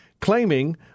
claiming